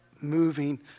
moving